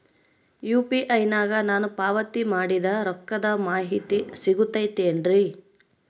UPI ನಾಗ ನಾನು ಪಾವತಿ ಮಾಡಿದ ರೊಕ್ಕದ ಮಾಹಿತಿ ಸಿಗುತೈತೇನ್ರಿ?